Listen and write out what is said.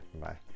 bye